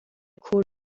کور